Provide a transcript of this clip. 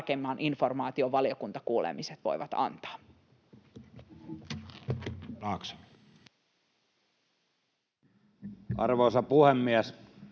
tarkemman informaation valiokuntakuulemiset voivat antaa. [Speech